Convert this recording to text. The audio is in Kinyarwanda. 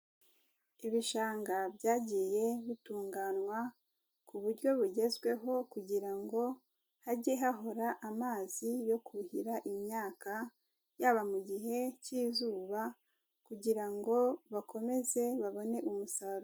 Ibishanga byagiye bitunganywa ku buryo bugezweho kugira ngo hajye hahora amazi yo kuhira imyaka, yaba mu gihe cy'izuba kugira ngo bakomeze babone umusaruro.